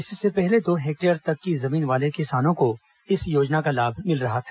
इससे पहले दो हेक्टेयर तक की जमीन वाले किसानों को इस योजना का लाभ मिल रहा था